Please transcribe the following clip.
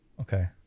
okay